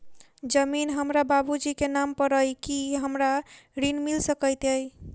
जमीन हमरा बाबूजी केँ नाम पर अई की हमरा ऋण मिल सकैत अई?